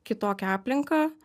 kitokią aplinką